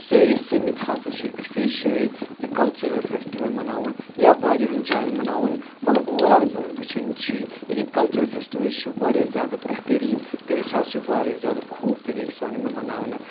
سٲری سٔمِتھ ہسا چھِ أکۍ سٕے جایہِ یہِ کَلچَرَل فیٚسٹِوَل مَناوَن یا واریاہَن جایَن مَناوَن مگر اوٚوَرآل ییٚمہِ ساتہٕ أسۍ وٕچھان چھِ یعنی کَلچُرَل فیٚسٹِوَلٕز چھِ واریاہ زیادٕ بہتریٖن تہٕ أسۍ ہَسا چھِ واریاہ زیادٕ خوٗب طٔریٖقہٕ سان یِمَن مَناونہٕ